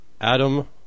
Adam